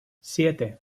siete